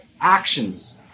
actions